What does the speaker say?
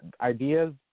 ideas